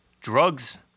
drugs